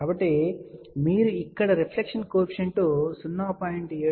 కాబట్టి మీరు ఇక్కడ రిఫ్లెక్షన్ కోఎఫిషియంట్ 0